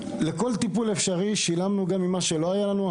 לכל טיפול אפשרי ניגשנו ושילמנו גם ממה שלא היה לנו.